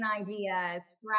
ideas